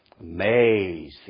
Amazing